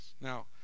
Now